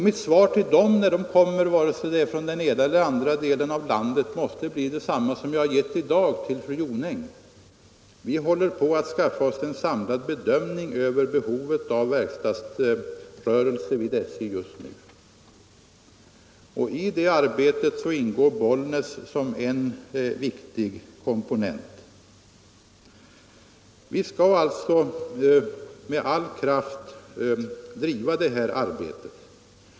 Mitt svar till dem, vare sig de kommer från den ena eller den andra delen av landet, måste bli detsamma som det jag givit i dag till fru Jonäng: Vi håller på att skapa oss en samlad bedömning av behovet av verkstadsservice vid SJ, och i det arbetet ingår Bollnäs som en viktig komponent. Vi skall alltså med all kraft driva detta arbete.